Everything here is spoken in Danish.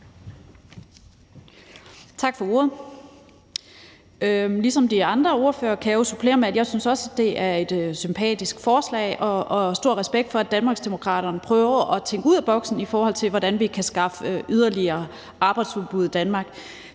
Tak for ordet. Ligesom de andre ordførere kan jeg supplere med, at jeg også synes, det er et sympatisk forslag, og jeg har stor respekt for, at Danmarksdemokraterne prøver at tænke ud af boksen, i forhold til hvordan vi kan skaffe yderligere arbejdsudbud i Danmark.